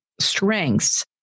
Strengths